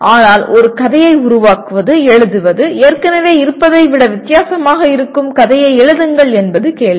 ஆனால் ஒரு கதையை உருவாக்குவது எழுதுவது ஏற்கனவே இருப்பதைவிட வித்தியாசமாக இருக்கும் கதையை எழுதுங்கள் என்பது கேள்வி